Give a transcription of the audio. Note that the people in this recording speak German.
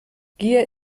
gier